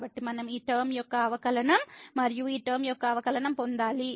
కాబట్టి మనం ఈ టర్మ యొక్క అవకలనం మరియు ఈ టర్మ యొక్క అవకలనం పొందాలి